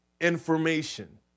information